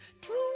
True